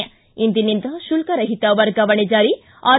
ಿ ಇಂದಿನಿಂದ ಶುಲ್ಕ ರಹಿತ ವರ್ಗಾವಣೆ ಜಾರಿ ಆರ್